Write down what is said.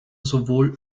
sowohl